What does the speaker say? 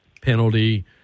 penalty